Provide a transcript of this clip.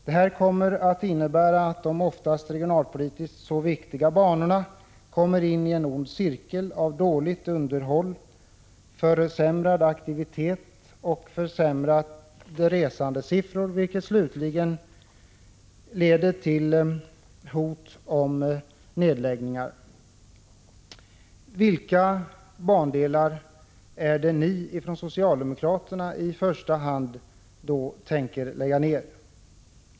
Det här kommer att innebära att de oftast regionalpolitiskt så viktiga banorna kommer in i en ond cirkel av dåligt underhåll, försämrad attraktivitet och försämrade resandesiffror, vilket slutligen leder till hot om nedläggningar. Vilka bandelar är det ni socialdemokrater i första hand tänker lägga ner?